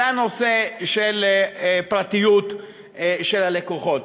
זה הנושא של פרטיות הלקוחות.